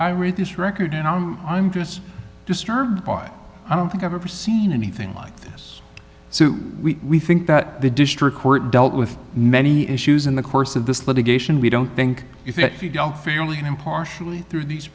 i read this record and i'm just disturbed by it i don't think i've ever seen anything like this so we think that the district court dealt with many issues in the course of this litigation we don't think if you don't feel even impartially through these